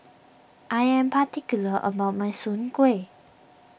I am particular about my Soon Kway